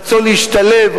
רצון להשתלב,